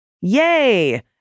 Yay